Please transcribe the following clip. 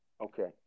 Okay